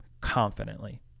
confidently